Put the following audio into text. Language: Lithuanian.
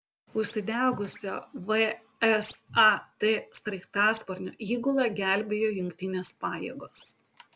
užsidegusio vsat sraigtasparnio įgulą gelbėjo jungtinės pajėgos